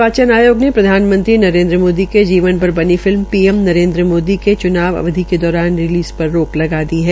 निर्वाचन आयोग ने प्रधानमंत्री नरेन्द्र मोदी के जीवन पर फिल्म पीएम नरेन्द्र मोदी के चुनाव अवधि के दौरान रिलीज़ पर रोक लगा दी है